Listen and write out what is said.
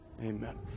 Amen